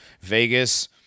Vegas